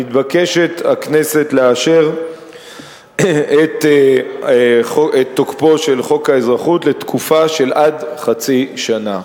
הכנסת מתבקשת לאשר את תוקפו של חוק האזרחות לתקופה שעד חצי שנה.